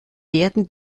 werden